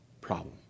problem